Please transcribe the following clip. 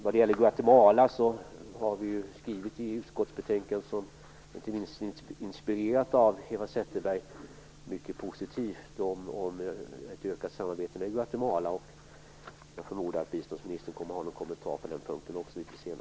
Vi i utskottet har inspirerats mycket positivt av Eva Zetterberg när det gäller ett utökat samarbete med det Guatemala. Jag förmodar att biståndsministern litet senare har någon kommentar på den punkten.